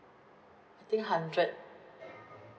I think hundred